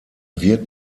wird